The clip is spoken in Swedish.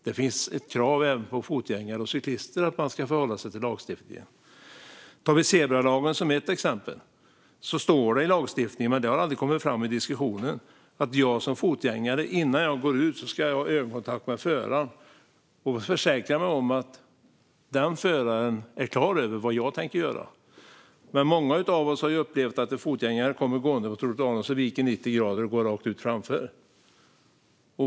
Det finns krav på att även fotgängare och cyklister ska följa lagstiftningen. Till exempel i zebralagen står det att man som fotgängare ska ha ögonkontakt med föraren och försäkra sig om att föraren är klar över vad man tänker göra innan man går ut i gatan. Men många av oss har upplevt att en fotgängare kommer gående på trottoaren och sedan viker av i 90 grader och går rakt ut framför.